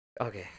Okay